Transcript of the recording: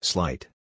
Slight